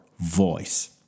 voice